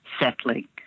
settling